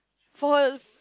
for her